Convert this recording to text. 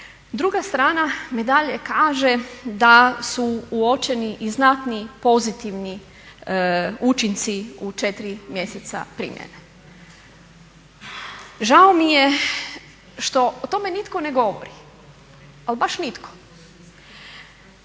druga strana medalje kaže da su uočeni i znatni pozitivni učinci u 4 mjeseca primjene. Žao mi je što o tome nitko ne govori, ali baš nitko.